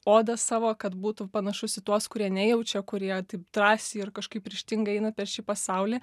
odą savo kad būtų panašus į tuos kurie nejaučia kurie taip drąsiai ir kažkaip ryžtingai eina per šį pasaulį